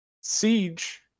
Siege